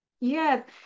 Yes